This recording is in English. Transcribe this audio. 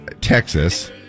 Texas